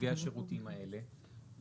סוגי השירותים האלה?